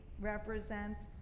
represents